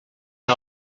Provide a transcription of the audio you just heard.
que